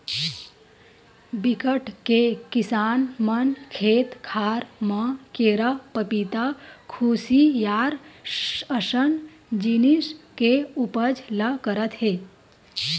बिकट के किसान मन खेत खार म केरा, पपिता, खुसियार असन जिनिस के उपज ल करत हे